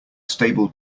stable